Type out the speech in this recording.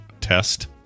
Test